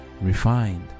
refined